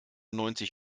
neunzig